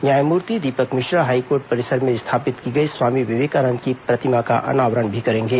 न्यायमूर्ति दीपक मिश्रा हाईकोर्ट परिसर में स्थापित की गई स्वामी विवेकानंद की प्रतिमा का अनावरण करेंगे